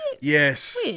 Yes